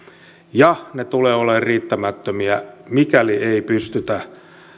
ja ne tulevat olemaan riittämättömiä mikäli ei pystytä